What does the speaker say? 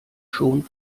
schon